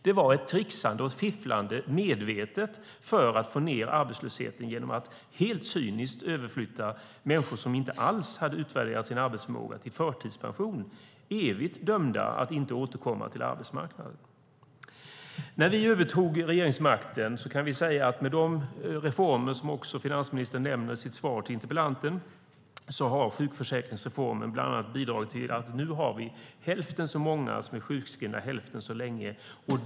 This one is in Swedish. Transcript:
Det var ett medvetet tricksande och fifflande för att få ned arbetslösheten, alltså genom att helt cyniskt överflytta människor som inte alls hade utvärderat sin arbetsförmåga till förtidspension. De blev därmed evigt dömda till att inte återkomma till arbetsmarknaden. Med de reformer som finansministern nämner i sitt svar till interpellanten kan vi säga att sedan vi övertog regeringsmakten har sjukförsäkringsreformen bland annat bidragit till att vi nu har hälften så många som är sjukskrivna och hälften så länge.